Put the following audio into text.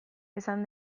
esan